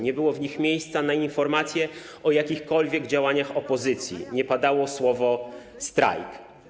Nie było w nich miejsca na informacje o jakichkolwiek działaniach opozycji, nie padało słowo „strajk”